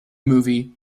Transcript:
movie